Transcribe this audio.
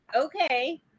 okay